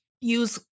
use